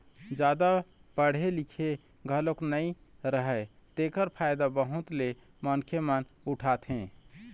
जादा पड़हे लिखे घलोक नइ राहय तेखर फायदा बहुत ले मनखे मन उठाथे